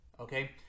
Okay